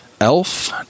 Elf